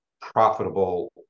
profitable